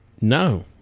No